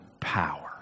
power